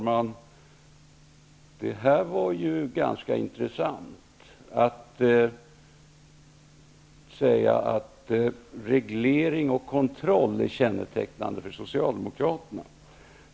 Herr talman! Det var ganska intressant att få höra att reglering och kontroll är kännetecknande för Socialdemokraterna.